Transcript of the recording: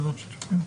שיתופיות.